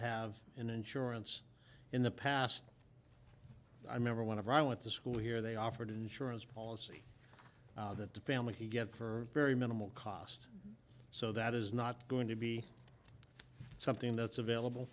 have insurance in the past i remember when i went to school here they offered insurance policy that the family can get for very minimal cost so that is not going to be something that's available